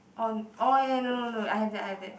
on orh ya ya no no no I have that I have that